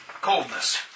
coldness